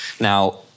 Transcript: Now